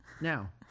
now